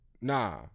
Nah